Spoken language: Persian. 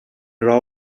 راهو